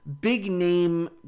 big-name